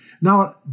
Now